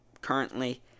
Currently